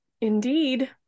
Indeed